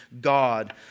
God